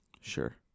Sure